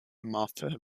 martha